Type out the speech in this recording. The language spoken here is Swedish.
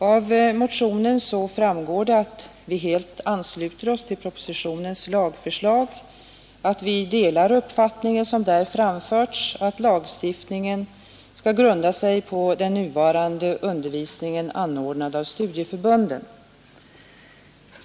Av motionen framgår att vi helt ansluter oss till propositionens lagförslag och att vi delar den uppfattning som där framförs att lagstiftningen bör grundas på den undervisning som nu anordnas av studieförbunden.